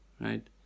right